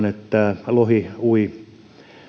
että lohi ui